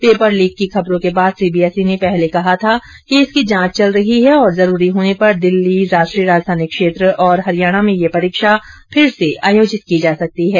paper leak की खबरों के बाद सीबीएसई ने पहले कहा था कि इसकी जाँच चल रही है और जरूरी होने पर दिल्ली राष्ट्रीय राजधानी क्षेत्र और हरियाणा में यह परीक्षा फिर से आयोजित की जा सकती है